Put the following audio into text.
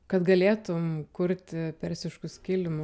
kad galėtum kurti persiškus kilimus